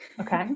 okay